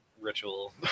ritual